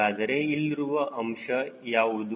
ಹಾಗಾದರೆ ಇಲ್ಲಿರುವ ಅಂಶ ಯಾವುದು